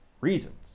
reasons